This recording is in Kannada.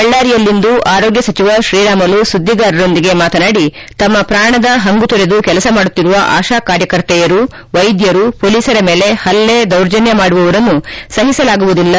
ಬಳ್ಳಾರಿಯಲ್ಲಿಂದು ಆರೋಗ್ಯ ಸಚಿವ ಶ್ರೀರಾಮುಲು ಸುದ್ದಿಗಾರರೊಂದಿಗೆ ಮಾತನಾಡಿ ತಮ್ಮ ಪಾಣದ ಪಂಗು ತೊರೆದು ಕೆಲಸ ಮಾಡುತ್ತಿರುವ ಆಶಾ ಕಾರ್ಯಕರ್ತೆಯರು ವೈದ್ಯರು ಮೊಲೀಸರ ಮೇಲೆ ಪಲ್ಲೆ ದೌರ್ಜನ್ಯ ಮಾಡುವವರನ್ನು ಸಹಿಸಲಾಗುವುದಿಲ್ಲ